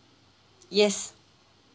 yes